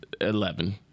Eleven